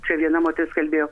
čia viena moteris kalbėjo